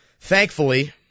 thankfully